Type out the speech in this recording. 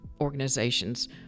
organizations